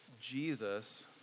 Jesus